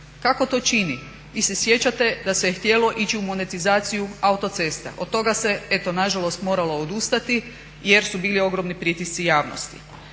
Kako to čini? Vi se sjećate da se htjelo ići u monetizaciju autocesta, od toga se eto nažalost moralo odustati jer su bili ogromni pritisci javnosti.